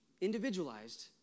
individualized